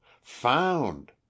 Found